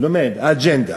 לומד: האג'נדה.